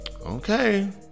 Okay